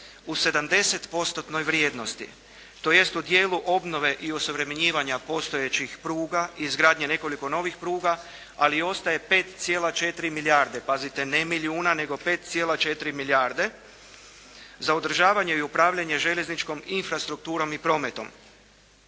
vrijednosti tj. u dijelu obnove i osuvremenjivanja postojećih pruga, izgradnje nekoliko novih pruga, ali ostaje 5,4 milijarde pazite, ne milijuna nego 5,4 milijarde za održavanje i upravljanje željezničkom infrastrukturom i prometom.